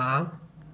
ਹਾਂ